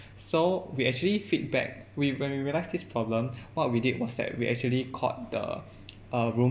so we actually feedback we when we realise this problem what we did was that we actually called the uh room